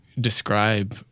describe